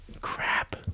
crap